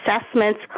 assessments